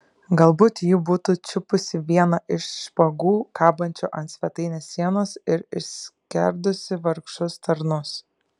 galbūt ji būtų čiupusi vieną iš špagų kabančių ant svetainės sienos ir išskerdusi vargšus tarnus